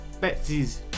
Betsy's